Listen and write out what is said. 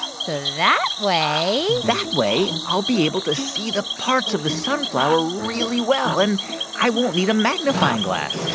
so that way. that way, i'll be able to see the parts of the sunflower really well. and i won't need a magnifying glass